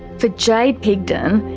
for jade pigdon,